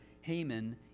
Haman